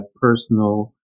personal